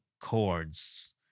chords